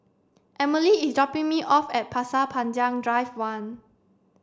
Emilie is dropping me off at Pasir Panjang Drive one